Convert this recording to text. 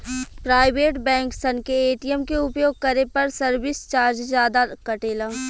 private bank सन के ATM के उपयोग करे पर सर्विस चार्ज जादा कटेला